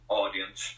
audience